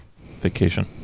vacation